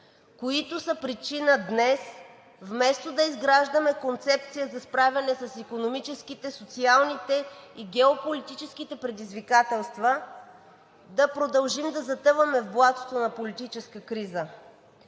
които са причина днес, вместо да изграждаме концепция за справяне с икономическите, социалните и геополитическите предизвикателства, да продължим да затъваме в блатото на политическа криза.